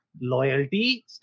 loyalty